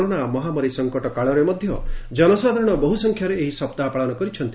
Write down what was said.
corona ମହାମାରୀ ସଙ୍କଟ କାଳରେ ମଧ୍ୟ ଜନସାଧାରଣ ବହୁ ସଂଖ୍ୟାରେ ଏହି ସପ୍ତାହ ପାଳନ କରିଛନ୍ତି